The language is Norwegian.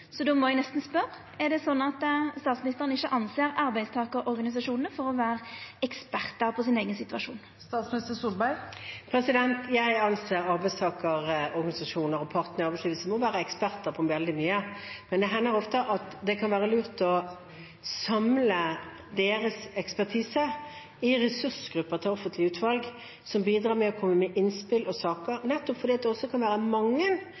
må eg nesten spørja: Er det slik at statsministeren ikkje ser på arbeidstakarorganisasjonane som ekspertar på sin eigen situasjon? Jeg anser arbeidstakerorganisasjonene og partene i arbeidslivet for å være eksperter på veldig mye, men det hender ofte at det kan være lurt å samle deres ekspertise i ressursgrupper til offentlige utvalg, som bidrar og kommer med innspill og saker, nettopp fordi det kan være